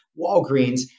Walgreens